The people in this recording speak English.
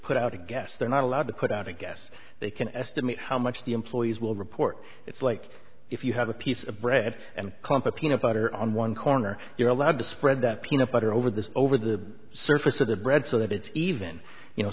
put out a guess they're not allowed to put out a guess they can estimate how much the employees will report it's like if you have a piece of bread and competent butter on one corner you're allowed to spread that peanut butter over this over the surface of the bread so that it's even you know